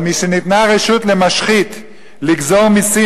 אבל משניתנה רשות למשחית לגזור מסים